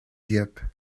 dieppe